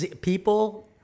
people